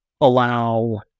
allow